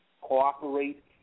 cooperate